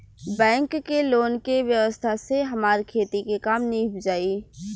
bank के loan के व्यवस्था से हमार खेती के काम नीभ जाई